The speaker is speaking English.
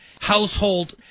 household